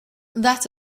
that